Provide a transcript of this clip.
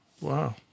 Wow